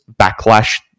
backlash